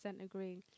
agree